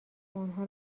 آنها